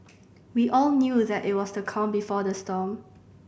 we all knew that it was the calm before the storm